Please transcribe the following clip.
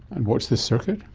and what's the circuit?